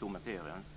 Det kommenterar jag inte.